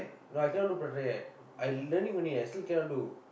no I cannot do prata yet I learning only I still cannot do